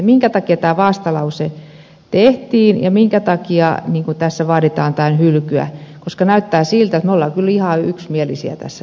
minkä takia tämä vastalause tehtiin ja minkä takia tässä vaaditaan hylkyä koska näyttää siltä että me olemme kyllä ihan yksimielisiä tässä jutussa